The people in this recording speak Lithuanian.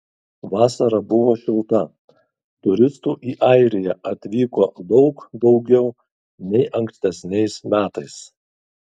vasara buvo šilta turistų į airiją atvyko daug daugiau nei ankstesniais metais